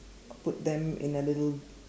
put them in a little